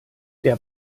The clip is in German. der